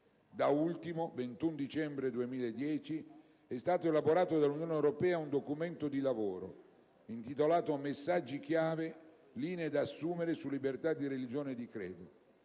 Da ultimo (il 21 dicembre 2010) è stato elaborato dall'Unione europea un documento di lavoro intitolato «Messaggi chiave: linea da assumere su libertà di religione e di credo».